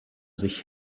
sich